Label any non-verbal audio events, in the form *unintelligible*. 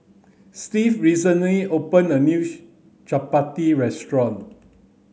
Steve recently opened a *unintelligible* Chapati restaurant